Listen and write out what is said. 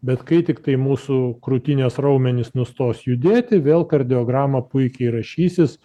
bet kai tiktai mūsų krūtinės raumenys nustos judėti vėl kardiograma puikiai rašysis